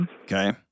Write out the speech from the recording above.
Okay